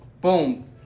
boom